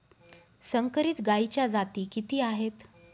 संकरित गायीच्या जाती किती आहेत?